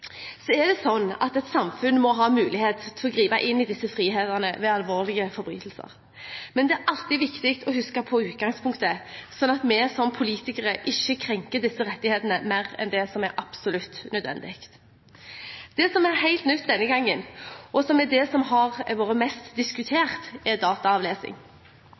Så er det sånn at et samfunn må ha mulighet til å gripe inn i disse frihetene ved alvorlige forbrytelser. Men det er alltid viktig å huske på utgangspunktet, sånn at vi som politikere ikke krenker disse rettighetene mer enn det som er absolutt nødvendig. Det som er helt nytt denne gangen, og som har vært mest diskutert, er dataavlesning.